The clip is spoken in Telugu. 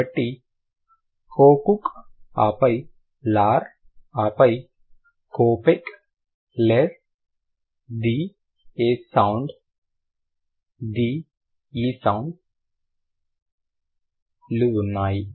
కాబట్టి కోకుక్ ఆపై లార్ ఆపై కోపెక్ లెర్ the A sound the E sound లు ఉన్నాయి